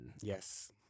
Yes